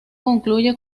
concluye